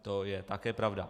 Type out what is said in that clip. To je také pravda.